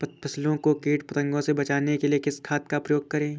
फसलों को कीट पतंगों से बचाने के लिए किस खाद का प्रयोग करें?